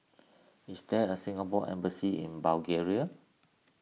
is there a Singapore Embassy in Bulgaria